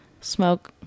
smoke